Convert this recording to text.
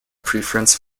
preference